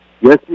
Yes